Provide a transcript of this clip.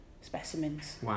specimens